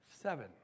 seven